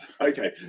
Okay